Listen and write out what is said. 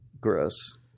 Gross